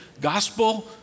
Gospel